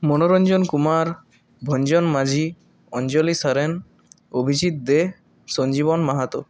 Manoranjan Kumar Bhanjan Majhi Anjali Soren Abhijit De Sanjiban Mahato